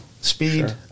speed